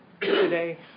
today